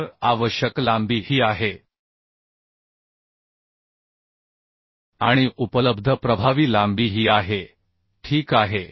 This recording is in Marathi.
तर आवश्यक लांबी ही आहे आणि उपलब्ध प्रभावी लांबी ही आहे ठीक आहे